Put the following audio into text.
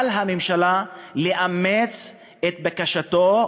על הממשלה לאמץ את בקשתו,